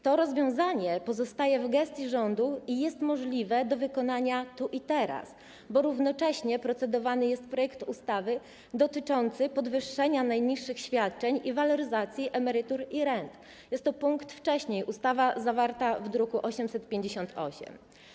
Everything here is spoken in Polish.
To rozwiązanie pozostaje w gestii rządu i jest możliwe do wykonania tu i teraz, bo równocześnie procedowany jest projekt ustawy dotyczący podwyższenia najniższych świadczeń i waloryzacji emerytur i rent - punkt wcześniej, ustawa zawarta w druku nr 858.